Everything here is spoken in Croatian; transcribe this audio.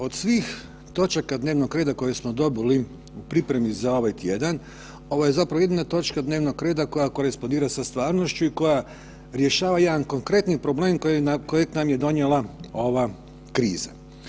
Od svih točaka dnevnog reda koje smo dobili u pripremi za ovaj tjedan, ovo je zapravo jedina točka dnevnog reda koja korespondira sa stvarnošću i koja rješava jedan konkretni problem kojeg nam je donijela ova kriza.